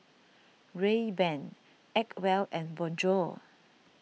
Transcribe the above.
Rayban Acwell and Bonjour